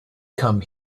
come